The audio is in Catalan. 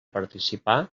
participar